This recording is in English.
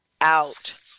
out